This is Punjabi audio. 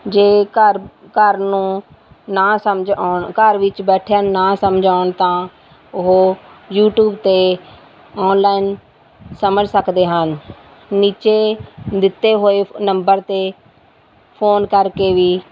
ਜੇ ਘਰ ਘਰ ਨੂੰ ਨਾ ਸਮਝ ਆਉਣ ਘਰ ਵਿੱਚ ਬੈਠਿਆਂ ਨਾ ਸਮਝ ਆਉਣ ਤਾਂ ਉਹ ਯੂਟਿਊਬ 'ਤੇ ਔਨਲਾਈਨ ਸਮਝ ਸਕਦੇ ਹਨ ਨੀਚੇ ਦਿੱਤੇ ਹੋਏ ਨੰਬਰ 'ਤੇ ਫੋਨ ਕਰਕੇ ਵੀ